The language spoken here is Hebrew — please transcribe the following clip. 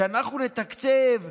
שאנחנו נתקצב ונגיד: